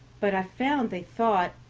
but i found they thought,